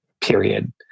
period